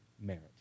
merit